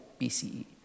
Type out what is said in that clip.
BCE